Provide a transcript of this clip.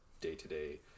day-to-day